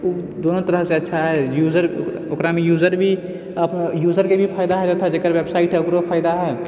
ओ दुनू तरहसँ अच्छा हइ यूजर ओकरामे यूजर भी यूजरके भी फायदा हइ तथा जकर वेबसाइट हइ ओकरो फायदा हइ